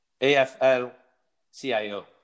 AFL-CIO